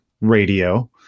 radio